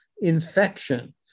infection